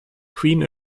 queen